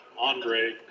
Andre